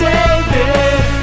David